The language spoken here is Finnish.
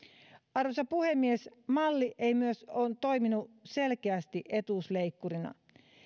arvoisa puhemies malli on myös toiminut selkeästi etuusleikkurina